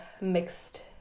mixed